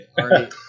already